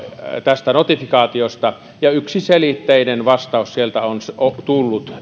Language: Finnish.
tästä notifikaatiosta ja yksiselitteinen vastaus sieltä on tullut